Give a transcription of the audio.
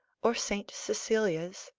or saint cecilia's,